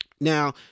Now